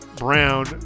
Brown